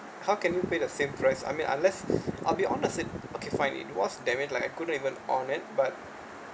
how can you pay the same price I mean unless I'll be on I said okay fine it was damage like I couldn't even on it but